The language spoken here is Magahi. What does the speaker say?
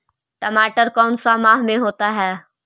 टमाटर कौन सा माह में होता है?